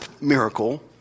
miracle